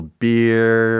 beer